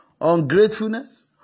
ungratefulness